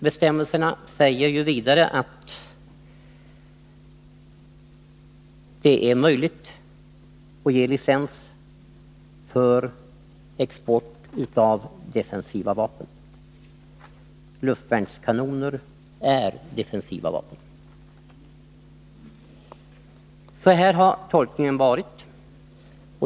Bestämmelserna säger vidare att det är möjligt att ge licens för export av defensiva vapen. Luftvärnskanoner är defensiva vapen. Sådan har tolkningen varit.